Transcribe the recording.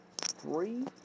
three